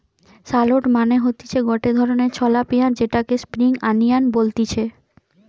shallot মানে হতিছে গটে ধরণের ছলা পেঁয়াজ যেটাকে স্প্রিং আনিয়ান বলতিছে